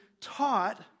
taught